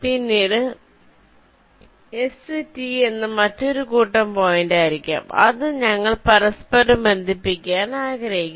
പിന്നീട് S T എന്ന മറ്റൊരു കൂട്ടംപോയിന്റുകൾ ഉണ്ടായിരിക്കാം അത് ഞങ്ങൾ പരസ്പരം ബന്ധിപ്പിക്കാൻ ആഗ്രഹിക്കുന്നു